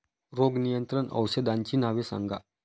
रोग नियंत्रण औषधांची नावे सांगा?